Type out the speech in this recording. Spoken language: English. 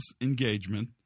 engagement